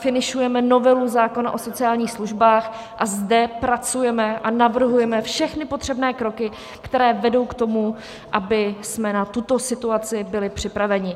Finišujeme novelu zákona o sociálních službách a zde pracujeme a navrhujeme všechny potřebné kroky, které vedou k tomu, abychom na tuto situaci byli připraveni.